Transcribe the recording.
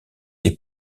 des